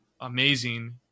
amazing